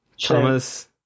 thomas